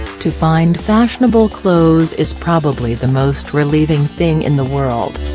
to find fashionable clothes is probably the most relieving thing in the world.